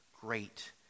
great